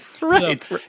Right